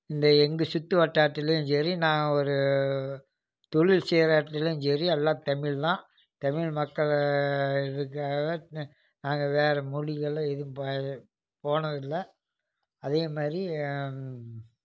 இந்த எங்கு சுற்று வட்டாரத்திலையுமே சரி நான் ஒரு தொழில் செய்கிற இடத்துலைலும் சரி எல்லாம் தமிழ் தான் தமிழ் மக்கள் இதுக்காகவே நாங்கள் வேறு மொழிகளை எதுவும் போனது இல்லை அதே மாதிரி